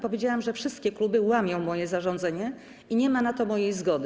Powiedziałam, że wszystkie kluby łamią moje zarządzenie i nie ma na to mojej zgody.